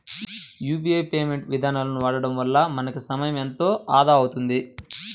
UPI payment ఇదానాలను వాడడం వల్ల మనకి సమయం ఎంతో ఆదా అవుతుంది